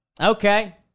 Okay